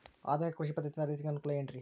ಆಧುನಿಕ ಕೃಷಿ ಪದ್ಧತಿಯಿಂದ ರೈತರಿಗೆ ಅನುಕೂಲ ಏನ್ರಿ?